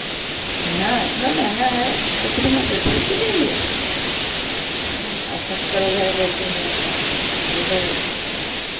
हाँ इतना महँगा है तो कितना सा धर के देंगे और शक्कर वगैरह लेते हैं इधर